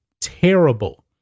terrible